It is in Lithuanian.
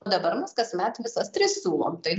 o dabar mūsų kasmet visas tris siūlom tai